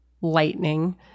lightning